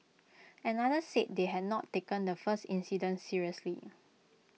another said they had not taken the first incident seriously